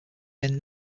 min